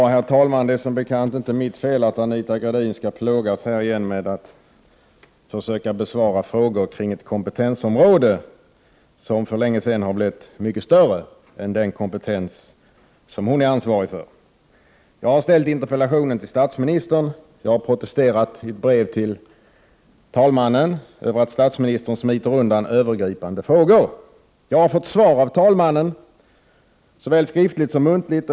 Herr talman! Det är som bekant inte mitt fel att Anita Gradin skall plågas här igen med att försöka besvara frågor kring ett kompetensområde som för länge sedan har blivit mycket större än den kompetens hon är ansvarig för. Jag har ställt interpellationen till statsministern. Jag har i ett brev till talmannen protesterat mot att statsministern smiter undan övergripande frågor. Jag har fått svar av talmannen, såväl skriftligt som muntligt.